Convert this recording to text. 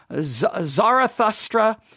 Zarathustra